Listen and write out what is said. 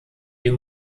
dem